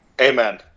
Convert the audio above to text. Amen